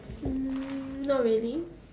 um not really